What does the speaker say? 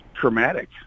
traumatic